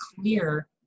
clear